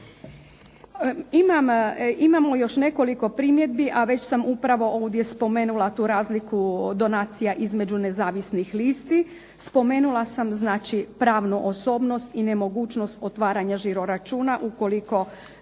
Imamo još nekoliko primjedbi, a već sam upravo ovdje spomenula tu razliku donacija između nezavisnih listi. Spomenula sam znači pravnu osobnost i nemogućnost otvaranja žiroračuna, ukoliko